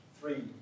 three